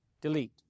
Delete